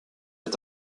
est